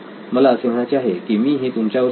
मला असे म्हणायचे आहे की मी हे तुमच्यावर सोडतो